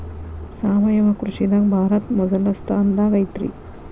ಸಾವಯವ ಕೃಷಿದಾಗ ಭಾರತ ಮೊದಲ ಸ್ಥಾನದಾಗ ಐತ್ರಿ